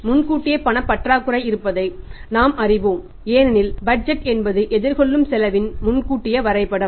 முன்கூட்டியே பணப் பற்றாக்குறை இருப்பதை நாம் அறிவோம் ஏனெனில் பட்ஜெட் என்பது எதிர்கொள்ளும் செலவின் முன்கூட்டிய வரைபடம்